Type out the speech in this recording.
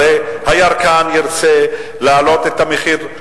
הרי הירקן ירצה להעלות את המחיר,